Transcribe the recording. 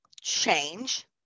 change